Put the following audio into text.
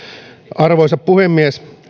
arvoisa puhemies